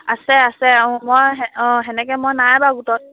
আছে আছে অঁ মই অঁ তেনেকৈ মই নাই বাৰু গোটত